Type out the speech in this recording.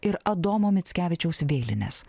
ir adomo mickevičiaus vėlines